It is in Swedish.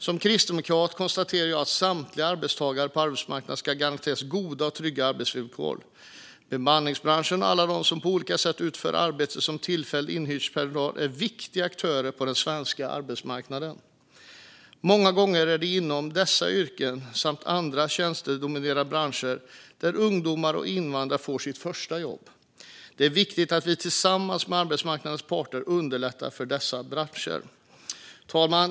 Som kristdemokrat konstaterar jag att samtliga arbetstagare på arbetsmarknaden ska garanteras goda och trygga arbetsvillkor. Bemanningsbranschen och alla de som på olika sätt utför arbete som tillfälligt inhyrd personal är viktiga aktörer på den svenska arbetsmarknaden. Många gånger är det inom dessa yrken samt i andra tjänstedominerade branscher som ungdomar och invandrare får sitt första jobb. Det är viktigt att vi tillsammans med arbetsmarknadens parter underlättar för dessa branscher. Herr talman!